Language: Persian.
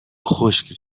خشک